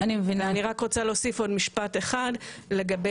אני רק רוצה להוסיף עוד משפט אחד לגבי